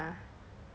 看 lah